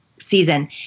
season